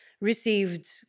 received